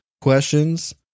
questions